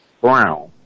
brown